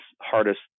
hardest